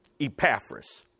Epaphras